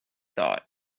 thought